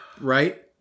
Right